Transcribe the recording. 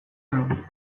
hemen